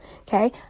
Okay